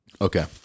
okay